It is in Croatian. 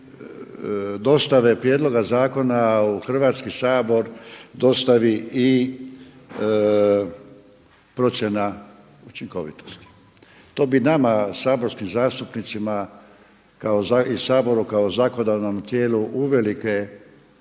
dostave prijedloga zakona u Hrvatski sabor dostavi i procjena učinkovitosti. To bi nama saborskim zastupnicima i Saboru kao zakonodavnom tijelu uvelike olakšalo i